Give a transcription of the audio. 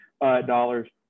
dollars